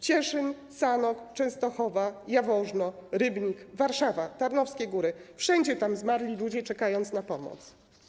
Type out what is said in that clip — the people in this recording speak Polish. Cieszyn, Sanok, Częstochowa, Jaworzno, Rybnik, Warszawa, Tarnowskie Góry - wszędzie tam zmarli ludzie, czekając na pomoc.